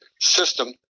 system